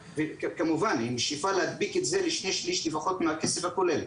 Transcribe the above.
וכמובן עם שאיפה להדביק את זה לשני שליש לפחות מהכסף הכולל.